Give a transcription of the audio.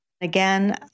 Again